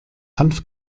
hanf